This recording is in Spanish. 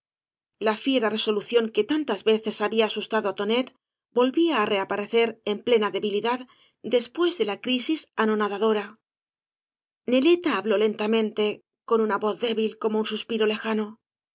la fiera resolución que tantas veces había asustado á tonet volvía á reaparecer en plena debilidad después de la crisis anonadadora neleta habló lentamente con una voz débil como un suspiro lejano